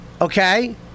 Okay